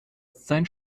sein